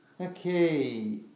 Okay